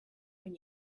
when